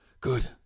good